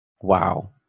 Wow